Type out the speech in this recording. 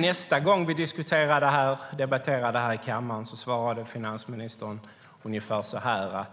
Nästa gång vi debatterade det i kammaren svarade finansministern ungefär så här: